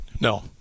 No